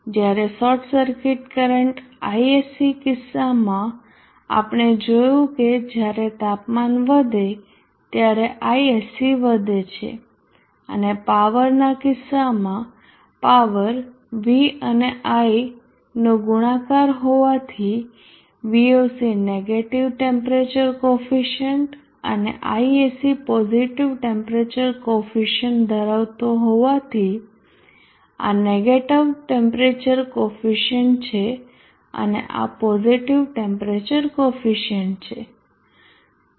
જ્યારે short circuit current Isc કિસ્સામાં આપણે જોયું કે જ્યારે તાપમાન વધે ત્યારે Isc વધે છે અને પાવરના કિસ્સામાં પાવર v અને i નો ગુણાકાર હોવાથી Voc નેગેટીવ ટેમ્પરેચર કોફિસીયન્ટ અને Isc પોઝીટીવ ટેમ્પરેચર કોફિસીયન્ટ ધરાવતો હોવાથી આ નેગેટીવ ટેમ્પરેચર કોફિસીયન્ટ છે અને આ પોઝીટીવ ટેમ્પરેચર કોફિસીયન્ટ છે